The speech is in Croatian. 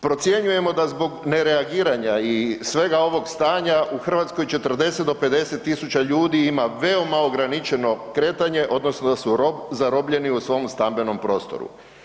Procjenjujemo da zbog nereagiranja i svega ovog stanja u Hrvatskoj 40 do 50 000 ljudi ima veoma ograničeno kretanje odnosno da su zarobljeni u svom stambenom prostoru.